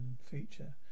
feature